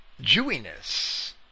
Jewiness